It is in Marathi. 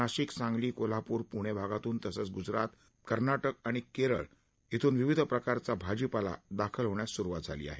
नाशिक सांगली कोल्हापूर पुणे भागातून तसंच गुजरात मध्य प्रदेश कर्नाटक आणि केरळ या राज्यांमधून विविध प्रकारचा भाजीपाला दाखल होण्यास सुरुवात झाली आहे